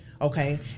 Okay